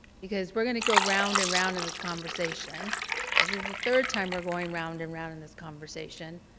because we're going to go round and round in this conversation, this is the third time we're going round and round in this conversation,